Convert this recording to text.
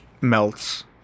melts